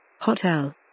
Hotel